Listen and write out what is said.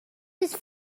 his